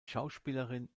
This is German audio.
schauspielerin